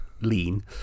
lean